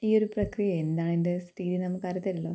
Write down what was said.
ഈയൊരു പ്രക്രിയ എന്താണ് അതിൻ്റെ നമുക്കറിയത്തില്ലല്ലോ